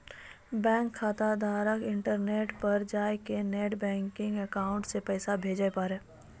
bank खाताधारक internet पर जाय कै नेट बैंकिंग अकाउंट से पैसा भेजे पारै